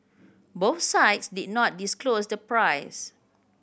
both sides did not disclose the price